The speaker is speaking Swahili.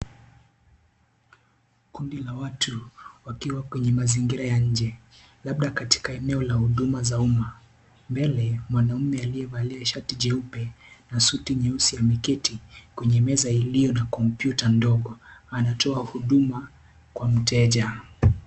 Kundi la watu wakiwa kwenye mazingira ya nje labda katika eneoa huduma za umma. Mbele mwanaume aliyevalia shati jeupe na suti nyeusi ameketi kwenye meza iliyo na kompyuta ndogo, anatoa huduma Kwa mteja.